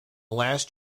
last